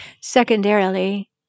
Secondarily